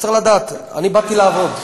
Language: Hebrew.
צריך לדעת: אני באתי לעבוד.